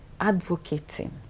advocating